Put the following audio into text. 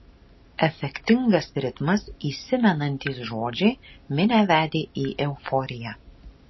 efektingas ritmas įsimenantys žodžiai minią vedė į euforiją